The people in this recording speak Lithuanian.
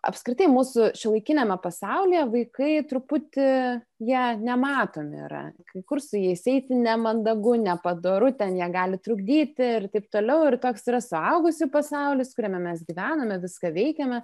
apskritai mūsų šiuolaikiniame pasaulyje vaikai truputį jie nematomi yra kai kur su jais eiti nemandagu nepadoru ten jie gali trukdyti ir taip toliau ir toks yra suaugusių pasaulis kuriame mes gyvename viską veikiame